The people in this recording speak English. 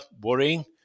worrying